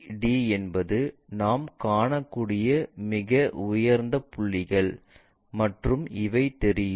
ABCD என்பது நாம் காணக்கூடிய மிக உயர்ந்த புள்ளிகள் மற்றும் இவை தெரியும்